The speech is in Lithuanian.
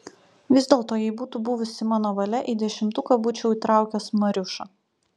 vis dėlto jei būtų buvusi mano valia į dešimtuką būčiau įtraukęs mariušą